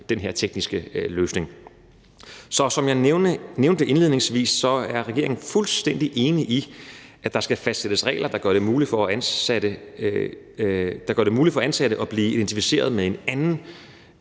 den her tekniske løsning. Så som jeg nævnte indledningsvis, er regeringen fuldstændig enig i, at der skal fastsættes regler, der gør det muligt for ansatte at blive identificeret med andet